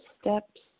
steps